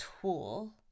tool